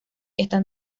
están